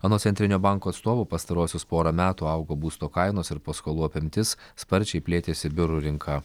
anot centrinio banko atstovų pastaruosius porą metų augo būsto kainos ir paskolų apimtis sparčiai plėtėsi biurų rinka